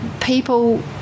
People